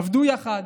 עבדו יחד,